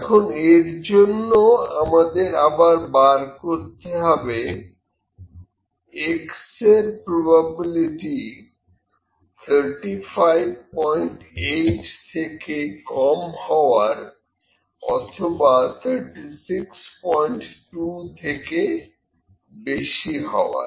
এখন এর জন্য আমাদের আবার বার করতে হবে X এর প্রবাবিলিটি 358 থেকে কম হওয়ার অথবা 362 থেকে বেশি হওয়ার